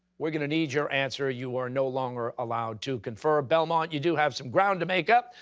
we're going to need your answer. you are no longer allowed to confer. belmont, you do have some ground to make up,